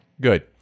good